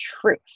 truth